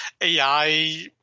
AI